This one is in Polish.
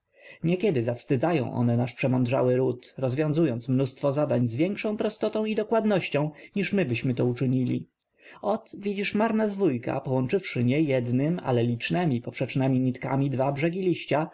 niekiedy zawstydzają one nasz przemądrzały ród rozwiązując mnóstwo zadań z większą prostotą i dokładnością niż mybyśmy to uczynili ot widzisz marna zwójka połączywszy nie jednym ale licznemi poprzecznemi nitkami dwa brzegi liścia